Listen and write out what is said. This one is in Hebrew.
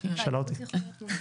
היא שאלה אותי.